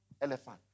Elephant